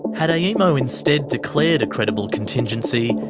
had aemo instead declared a credible contingency,